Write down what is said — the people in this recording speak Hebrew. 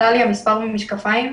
עלה לי המספר במשקפיים,